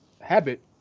habit